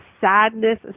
sadness